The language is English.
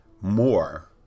more